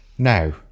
Now